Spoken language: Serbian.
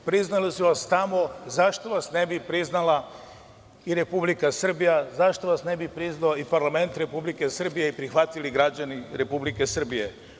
Priznali su vas tamo zašto vas ne bi priznala i Republika Srbija, zašto vas ne bi priznao i parlament Republike Srbije i prihvatili građani Republike Srbije.